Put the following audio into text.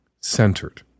centered